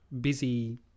busy